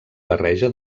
barreja